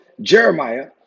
Jeremiah